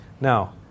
Now